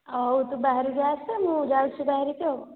ହଉ ତୁ ବହାରିକି ଆସେ ମୁଁ ଯାଉଛି ବାହାରିକି ଆଉ